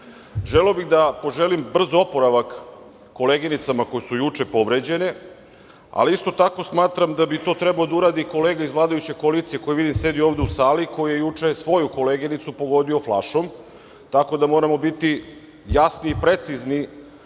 bih da poželim brz oporavak koleginicama koje su juče povređene, ali isto tako smatram da bi to trebao da uradi kolega iz vladajuće koalicije, koji, vidim, sedi ovde u sali, koji je juče svoju koleginicu pogodio flašom, tako da moramo biti jasni i precizni